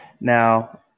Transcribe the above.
Now